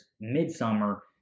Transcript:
Midsummer